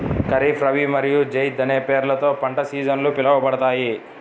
ఖరీఫ్, రబీ మరియు జైద్ అనే పేర్లతో పంట సీజన్లు పిలవబడతాయి